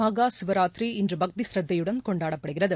மகா சிவராத்திரி இன்று பக்தி சிரத்தையுடன் னெண்டாடப்படுகிறது